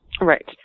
Right